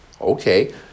Okay